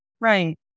Right